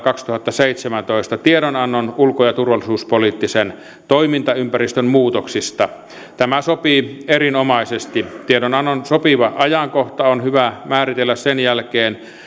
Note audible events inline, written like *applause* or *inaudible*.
*unintelligible* kaksituhattaseitsemäntoista tiedonannon ulko ja turvallisuuspoliittisen toimintaympäristön muutoksista tämä sopii erinomaisesti tiedonannon sopiva ajankohta on hyvä määritellä sen jälkeen